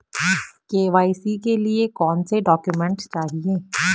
KYC के लिए कौनसे डॉक्यूमेंट चाहिये?